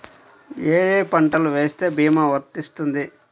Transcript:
ఏ ఏ పంటలు వేస్తే భీమా వర్తిస్తుంది?